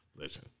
listen